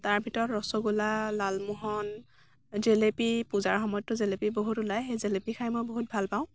তাৰ ভিতৰত ৰসগোল্লা লালমোহন জেলেপি পূজাৰ সময়ততো জেলেপি বহুত ওলাই সেই জেলেপি খাই মই বহুত ভাল পাওঁ